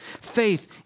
Faith